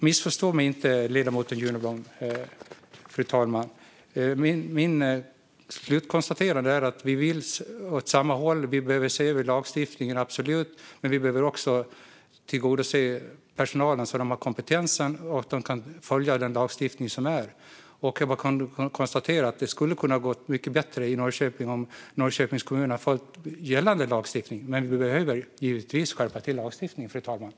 Missförstå mig inte, ledamot Juno Blom, men jag konstaterar att vi vill åt samma håll, lagstiftningen behöver ses över och vi behöver se över att personalen har kompetens att följa rådande lagstiftning. Det hade kunnat gå mycket bättre i Norrköping om kommunen hade följt gällande lagstiftning. Men givetvis behöver lagstiftningen skärpas.